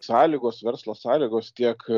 sąlygos verslo sąlygos tiek